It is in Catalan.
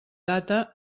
data